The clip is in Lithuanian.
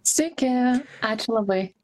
sveiki ačiū labai